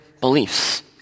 beliefs